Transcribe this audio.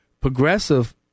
progressive